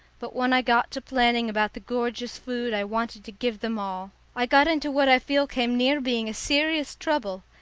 but when i got to planning about the gorgeous food i wanted to give them all, i got into what i feel came near being a serious trouble.